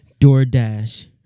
DoorDash